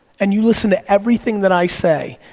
and you listen to everything that i say,